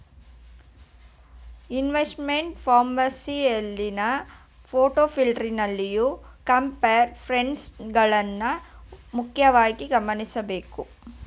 investment performance ನಲ್ಲಿ portfolio, compare funds ಗಳನ್ನ ಮುಖ್ಯವಾಗಿ ಗಮನಿಸಬೇಕು